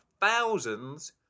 thousands